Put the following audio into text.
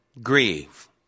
grieve